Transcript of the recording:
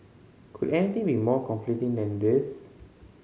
could anything be more conflicting than this